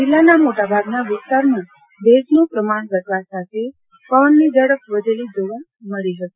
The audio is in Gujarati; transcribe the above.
જીલ્લાના મોટાભાગના વિસ્તારોમાં ભેજનું પ્રમાણ ઘટવા સાથે પવનની ઝડપ વધેલી જોવા મળી હતી